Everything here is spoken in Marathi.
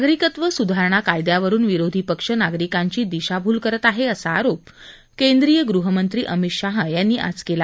नागरीकत्व सुधारणा कायद्यावरून विरोधी पक्ष नागरीकांची दिशाभूल करत आहे असा आरोप केंद्रीय गृहमंत्री अमित शाह यांनी आज केला